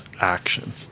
action